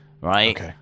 Right